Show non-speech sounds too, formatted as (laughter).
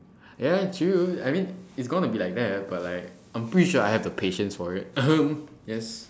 ya true I mean it's going to be like that but like I'm pretty sure I have the patience for it (coughs) yes